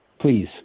Please